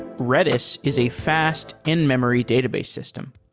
redis is a fast in-memory database system.